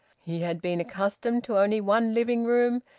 he had been accustomed to only one living-room,